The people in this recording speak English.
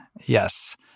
yes